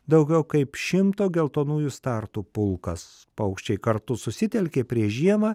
daugiau kaip šimto geltonųjų startų pulkas paukščiai kartu susitelkė prieš žiemą